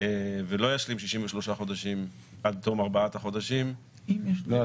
ולא ישלים 63 חודשים עד תוך ארבעת החודשים --- לא.